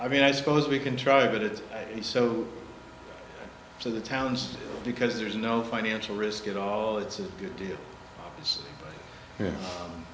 i mean i suppose we can try but it is so so the towns because there's no financial risk at all it's a good deal